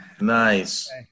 nice